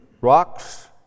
rocks